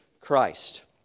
Christ